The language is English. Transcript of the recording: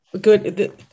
good